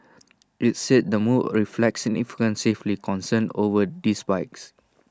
IT said the move reflects significant safety concerns over these bikes